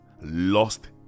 lost